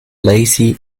lacey